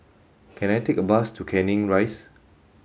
can I take a bus to Canning Rise